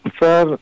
sir